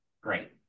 Great